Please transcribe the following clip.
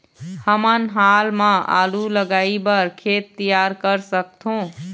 हमन हाल मा आलू लगाइ बर खेत तियार कर सकथों?